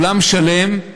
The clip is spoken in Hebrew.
ועולם שלם,